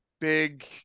big